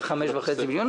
5.5 מיליון,